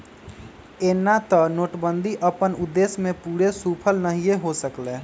एना तऽ नोटबन्दि अप्पन उद्देश्य में पूरे सूफल नहीए हो सकलै